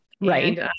Right